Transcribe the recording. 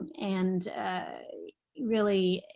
and really,